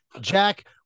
Jack